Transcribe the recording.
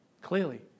clearly